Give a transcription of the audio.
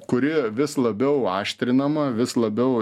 kuri vis labiau aštrinama vis labiau